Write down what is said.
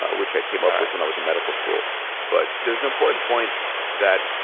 ah which i came up with when i was in medical school but there's an important point that.